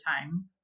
time